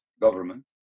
government